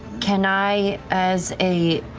can i, as a